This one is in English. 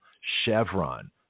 Chevron